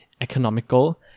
economical